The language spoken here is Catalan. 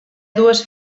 dues